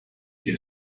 der